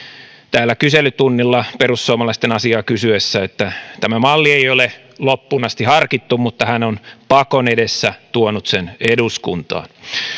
täällä kyselytunnilla perussuomalaisten asiaa kysyessä että tämä malli ei ole loppuun asti harkittu mutta hän on pakon edessä tuonut sen eduskuntaan